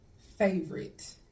favorite